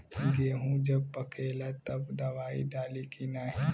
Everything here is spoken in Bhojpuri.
गेहूँ जब पकेला तब दवाई डाली की नाही?